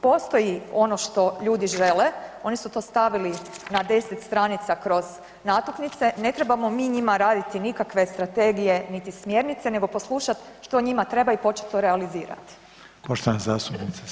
Postoji ono što ljudi žele, oni su to stavili na 10 stranica kroz natuknice, ne trebamo mi njima raditi nikakve strategije niti smjernice nego poslušati što njima treba i početi to realizirati.